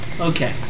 Okay